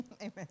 Amen